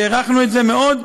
והערכנו את זה מאוד.